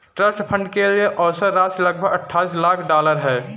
trust fund के लिए औसत राशि लगभग अट्ठाईस लाख डॉलर है